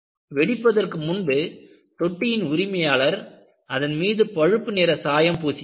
வெடிப்பதற்கு முன்பு தொட்டியின் உரிமையாளர் அதன் மீது பழுப்பு நிற சாயம் பூசினார்